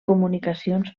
comunicacions